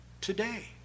today